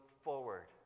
forward